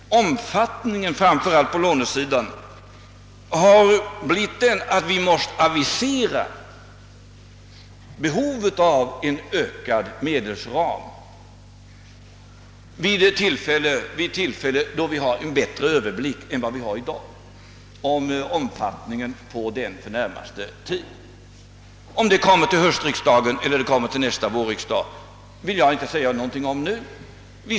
Omfattningen av lånesidan har tvingat oss att avisera behov av en ökad medelsram när vi fått en bättre överblick än vi har nu över omfattningen av detta behov. Jag kan inte nu säga om detta förslag kommer upp vid höstsessionen eller vid nästa vårsession.